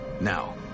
Now